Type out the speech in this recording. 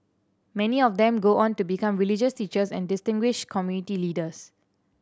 many of them go on to become religious teachers and distinguished community leaders